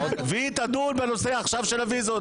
והיא תדון בנושא הוויזות.